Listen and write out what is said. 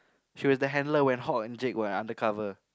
she was the handler when Hock and Jake were undercover